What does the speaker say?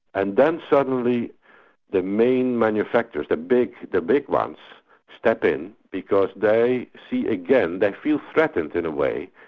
and then suddenly the main manufacturers, the big the big ones, step in because they see again, they feel threatened in a way,